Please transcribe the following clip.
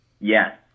yes